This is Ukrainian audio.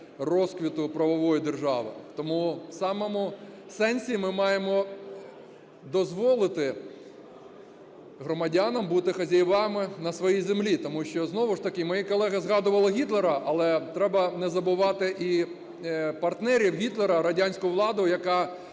розквіту правової держави, тому в самому сенсі ми маємо дозволити громадянам бути хазяєвами на своїй землі, тому що, знову ж таки, мої колеги згадували Гітлера, але треба не забувати і партнерів Гітлера – радянську владу, яка